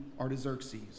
Artaxerxes